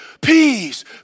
peace